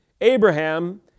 Abraham